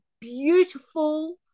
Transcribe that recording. beautiful